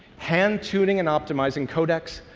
hand tuning and optimizing codecs,